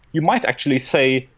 you might actually say,